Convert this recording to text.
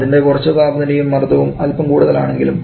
അതിൻറെ കുറച്ച താപനിലയും മർദ്ദവും അൽപം കൂടുതലാണെങ്കിലും